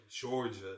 Georgia